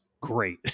Great